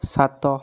ସାତ